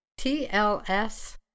TLS